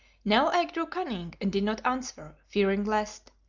now i grew cunning and did not answer, fearing lest,